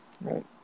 Right